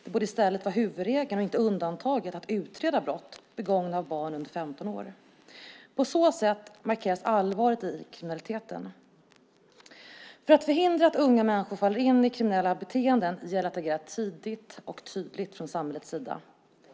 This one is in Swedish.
Det borde i stället vara huvudregeln och inte undantaget att utreda brott begångna av barn under 15 år. På så sätt markeras allvaret i kriminaliteten. För att förhindra att unga människor faller in i kriminella beteenden gäller det att agera tidigt och tydligt från samhällets sida.